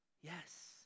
Yes